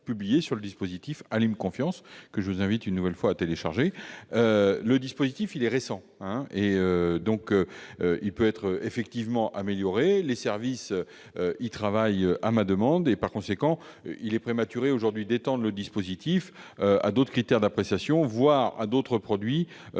publiés sur le site internet Alim'confiance, que je vous invite une nouvelle fois à télécharger. Le dispositif étant récent, il peut effectivement être amélioré. Les services y travaillent, à ma demande. Par conséquent, il est prématuré aujourd'hui d'étendre le dispositif à d'autres critères d'appréciation, voire à d'autres produits, avant